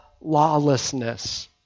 lawlessness